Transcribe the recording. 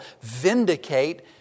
vindicate